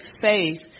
faith